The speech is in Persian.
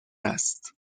است